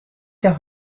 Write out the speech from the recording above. der